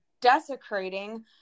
desecrating